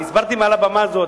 אני הסברתי מעל הבמה הזאת,